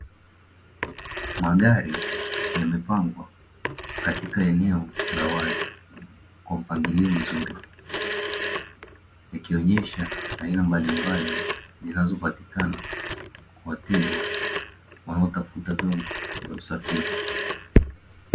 Magari yamepangwa katika eneo la wazi kwa mpangilio mzuri, ikionyesha aina mbalimbali zinazopatikana kwa wateja wanao tafuta vyombo vya usafiri.